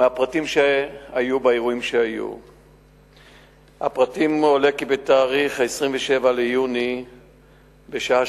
מפרטי האירועים שהיו עולה כי בתאריך 27 ביוני בשעה